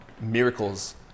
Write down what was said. miracles